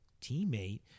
teammate